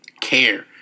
care